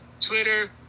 Twitter